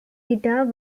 guitar